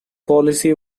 policy